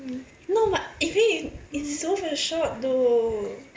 no but if he is is worth a shot though